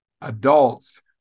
adults